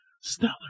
stellar